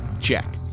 check